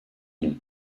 nom